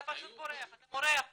אתה פשוט בורח, אתה מורח אותי.